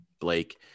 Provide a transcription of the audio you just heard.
Blake